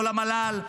לא למל"ל,